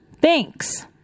Thanks